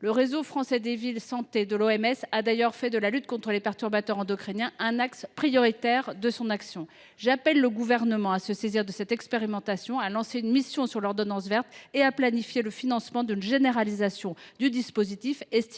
Le réseau français villes santé de l’OMS a d’ailleurs fait de la lutte contre les perturbateurs endocriniens un axe prioritaire de son action. J’appelle le Gouvernement à se saisir de cette expérimentation, à lancer une mission sur l’ordonnance verte et à planifier le financement d’une généralisation du dispositif, estimé